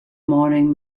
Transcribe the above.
morning